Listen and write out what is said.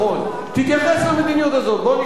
בוא נשמע את דעתך, אני אשמח לשמוע אותה.